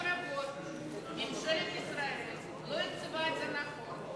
שנים רבות ממשלת ישראל לא תקצבה את זה נכון,